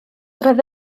roedd